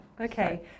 Okay